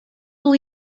was